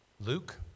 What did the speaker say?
Luke